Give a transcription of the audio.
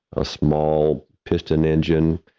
a small piston engine.